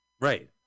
Right